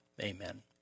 amen